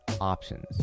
options